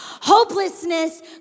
Hopelessness